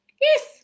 yes